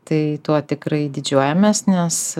tai tuo tikrai didžiuojamės nes